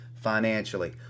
financially